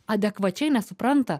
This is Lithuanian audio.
adekvačiai nesupranta